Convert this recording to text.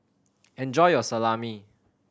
enjoy your Salami